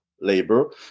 labor